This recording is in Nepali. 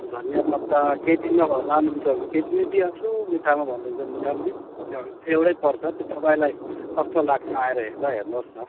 धनियापत्ता केजीमा लानुहुन्छ भने केजीमै दिइहाल्छु मुठामा भन्नुहुन्छ भने मुठामै एउटै पर्छ त्यो तपाईँलाई कस्तो लाग्छ आएर हेर्दा हेर्नुहोस् न